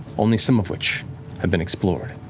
only some of which have been explored.